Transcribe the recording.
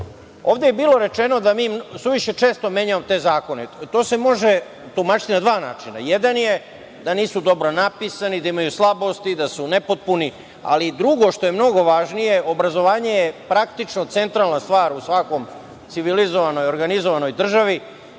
je bilo rečeno da mi suviše često menjamo te zakone. To se može tumačiti na dva načina. Jedan je da nisu dobro napisani, da imaju slabosti, da su nepotpuni, ali drugo, što je mnogo važnije, obrazovanje je praktično centralna stvar u svakoj civilizovanoj, organizovanoj državi.